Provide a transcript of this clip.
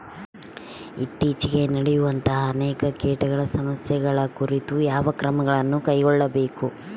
ಇತ್ತೇಚಿಗೆ ನಡೆಯುವಂತಹ ಅನೇಕ ಕೇಟಗಳ ಸಮಸ್ಯೆಗಳ ಕುರಿತು ಯಾವ ಕ್ರಮಗಳನ್ನು ಕೈಗೊಳ್ಳಬೇಕು?